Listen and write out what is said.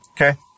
Okay